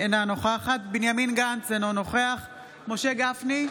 אינה נוכחת בנימין גנץ, אינו נוכח משה גפני,